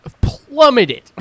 plummeted